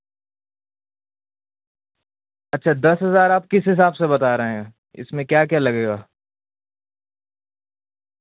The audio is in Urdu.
اچھا دس ہزار آپ کس حساب سے بتا رہے ہیں اس میں کیا کیا لگے گا